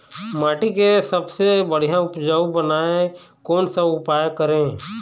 माटी के सबसे बढ़िया उपजाऊ बनाए कोन सा उपाय करें?